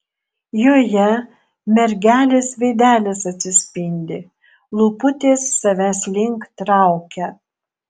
joje mergelės veidelis atsispindi lūputės savęs link traukia